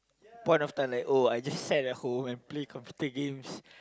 point of time lime oh I just sat at home and play computer games